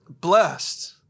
Blessed